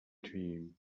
team